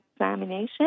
examination